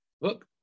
look